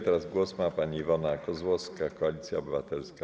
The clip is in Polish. Teraz głos ma pani Iwona Kozłowska, Koalicja Obywatelska.